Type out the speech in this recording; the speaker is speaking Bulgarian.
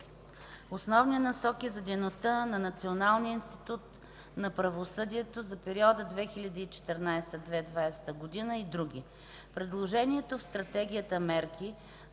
Основни насоки за дейността на Националния институт на правосъдието (2014 – 2020 г.) и други. Предложените в Стратегията мерки